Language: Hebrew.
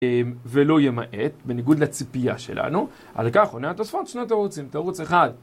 ולא ימעט בניגוד לציפייה שלנו. אז לכך, עונה התוספות שנות ערוצים, ערוץ אחד.